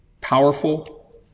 Powerful